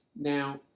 now